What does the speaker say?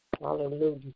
Hallelujah